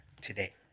today